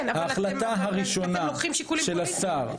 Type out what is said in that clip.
כן, אבל אתם לוקחים פה שיקולים פוליטיים.